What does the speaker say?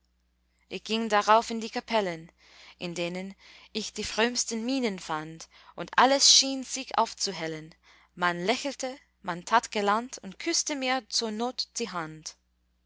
ich ging darauf in die kapellen in denen ich die frömmsten mienen fand und alles schien sich aufzuhellen man lächelte man tat galant und küßte mir zur not die hand